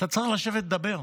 שצריך לשבת ולדבר.